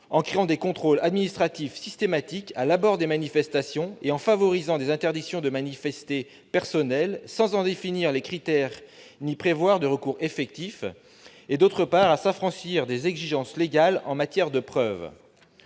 en créant des contrôles administratifs systématiques à l'abord des manifestations et en favorisant des interdictions de manifester personnelles sans en définir les critères ni prévoir de recours effectifs et, d'autre part, à s'affranchir des exigences légales en matière de preuve.